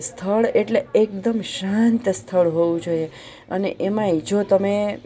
સ્થળ એટલે એકદમ શાંત સ્થળ હોવું જોઈએ અને એમાંય જો તમે